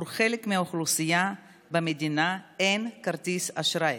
לחלק מהאוכלוסייה במדינה אין כרטיס אשראי,